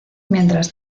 mientras